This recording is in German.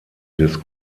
des